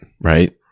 right